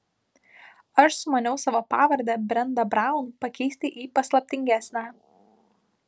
aš sumaniau savo pavardę brenda braun pakeisti į paslaptingesnę